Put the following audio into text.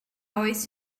oes